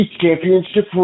Championship